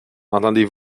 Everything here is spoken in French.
entendez